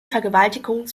vergewaltigung